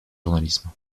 journalisme